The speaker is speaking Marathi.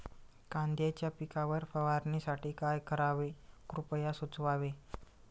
कांद्यांच्या पिकावर फवारणीसाठी काय करावे कृपया सुचवावे